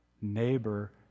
neighbor